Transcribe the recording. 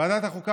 ועדת החוקה,